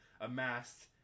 amassed